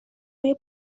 روی